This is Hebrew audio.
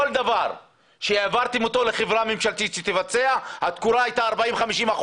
כל דבר שהעברתם לחברה ממשלתית שתבצע התקורה הייתה 50%-40%,